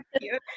cute